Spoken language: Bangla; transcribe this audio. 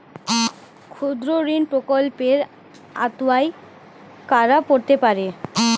ক্ষুদ্রঋণ প্রকল্পের আওতায় কারা পড়তে পারে?